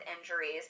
injuries